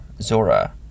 Zora